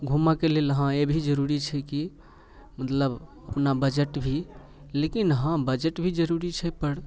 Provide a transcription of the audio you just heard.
घुमऽके लेल हँ ई भी जरूरी छै कि मतलब अपना बजट भी लेकिन हँ बजट भी जरूरी छैपर